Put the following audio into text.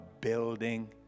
building